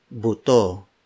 buto